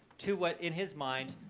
to what in his mind,